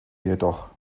jedoch